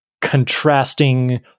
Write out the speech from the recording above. contrasting